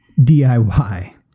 DIY